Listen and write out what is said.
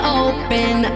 open